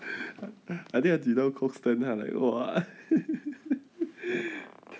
I think I 提到 cork stand then I like !wah!